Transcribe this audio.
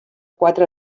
quatre